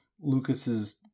Lucas's